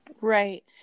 Right